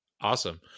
Awesome